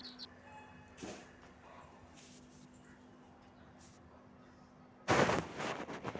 ಒಮ್ಮೆ ಭಾಳ ಜನಾ ರೊಕ್ಕಾ ಕಳ್ಸವ್ ಇದ್ಧಿವ್ ಅಂದುರ್ ಎಲೆಕ್ಟ್ರಾನಿಕ್ ಕ್ಲಿಯರಿಂಗ್ ಸಿಸ್ಟಮ್ ಲಿಂತೆ ಕಳುಸ್ತಾರ್